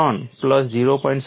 3 plus 0